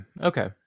Okay